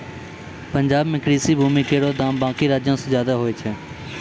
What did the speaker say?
पंजाब म कृषि भूमि केरो दाम बाकी राज्यो सें जादे होय छै